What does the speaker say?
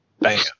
bam